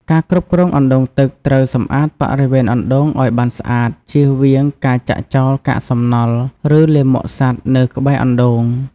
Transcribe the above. ការគ្រប់គ្រងអណ្ដូងទឹកត្រូវសម្អាតបរិវេណអណ្ដូងឲ្យបានស្អាត ជៀសវាងការចាក់ចោលកាកសំណល់ ឬលាមកសត្វនៅក្បែរអណ្ដូង។